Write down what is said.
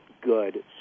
good